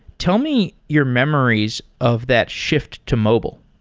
tell me your memories of that shift to mobile.